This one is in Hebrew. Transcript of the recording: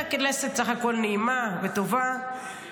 כנסת סך הכול נעימה וטובה,